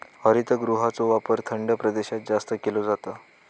हरितगृहाचो वापर थंड प्रदेशात जास्त केलो जाता